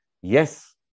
yes